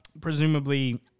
Presumably